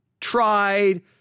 tried